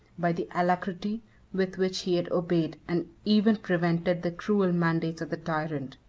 by the alacrity with which he had obeyed, and even prevented the cruel mandates of the tyrant.